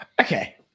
okay